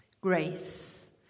Grace